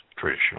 traditional